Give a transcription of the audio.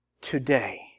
today